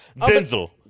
Denzel